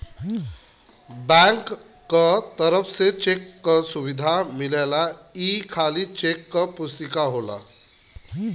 bank क तरफ से चेक बुक क सुविधा मिलेला ई खाली चेक क पुस्तिका होला